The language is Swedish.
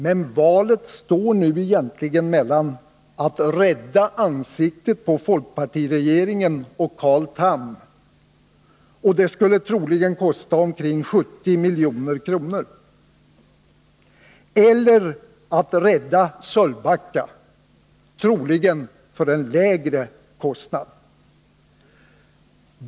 Men valet står nu egentligen mellan att rädda ansiktet på folkpartiregeringen och Carl Tham — och det skulle troligen kosta omkring 70 milj.kr. — eller att rädda Sölvbacka, troligen för en lägre kostnad.